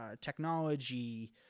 technology